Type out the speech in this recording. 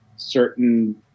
certain